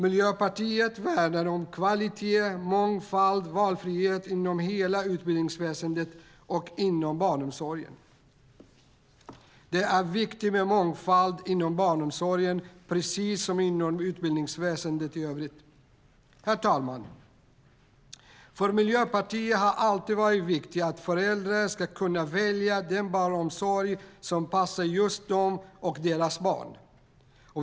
Miljöpartiet värnar om kvalitet, mångfald och valfrihet inom hela utbildningsväsendet och inom barnomsorgen. Det är viktigt med mångfald inom barnomsorgen, precis som inom utbildningsväsendet i övrigt. Herr talman! För Miljöpartiet har det alltid varit viktigt att föräldrar ska kunna välja den barnomsorg som passar just dem och deras barn.